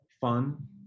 Fun